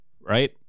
right